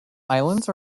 islands